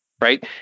right